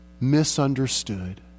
misunderstood